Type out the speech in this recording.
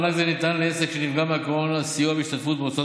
מענק זה ניתן לעסק שנפגע מהקורונה לסיוע בהשתתפות בהוצאות